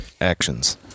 Actions